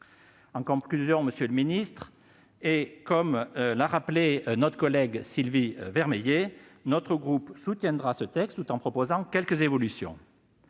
En conclusion, monsieur le ministre, comme l'a indiqué notre collègue Sylvie Vermeillet, le groupe Union Centriste soutiendra ce texte tout en proposant quelques évolutions,